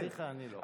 אחיך אני לא.